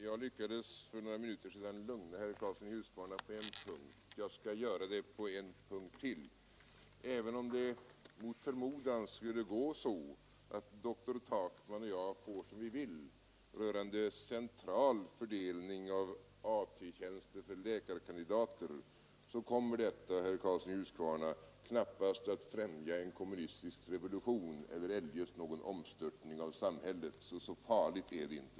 Fru talman! Jag lyckades lugna herr Karlsson i Huskvarna på en punkt; jag skall göra det på en till. Även om det mot förmodan skulle gå så att doktor Takman och jag får som vi vill rörande central fördelning av AT-tjänster för läkarkandidater kommer detta, herr Karlsson i Huskvarna, knappast att främja en kommunistisk revolution eller eljest någon omstörtning av samhället. Så farligt är det inte.